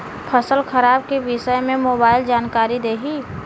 फसल खराब के विषय में मोबाइल जानकारी देही